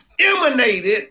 emanated